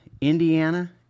Indiana